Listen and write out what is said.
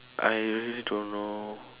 I really don't know